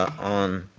on